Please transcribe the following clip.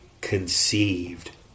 conceived